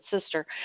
Sister